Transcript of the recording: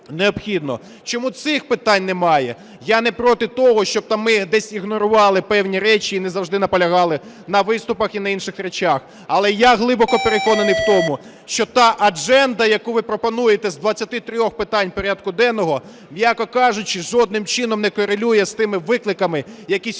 Чому цих питань немає? Я не проти того, щоб ми десь ігнорували певні речі і не завжди наполягали на виступах і на інших речах. Але я глибоко переконаний в тому, що та адженда, яку ви пропонуєте з 23 питань порядку денного, м'яко кажучи, жодним чином не корелює з тими викликами, які